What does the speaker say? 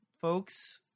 folks